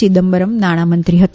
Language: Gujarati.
ચિદમ્બરમ નાણામંત્રી હતા